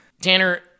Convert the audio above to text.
Tanner